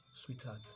Sweetheart